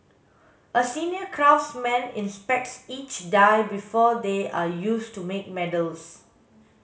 a senior craftsman inspects each die before they are used to make medals